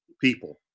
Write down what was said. People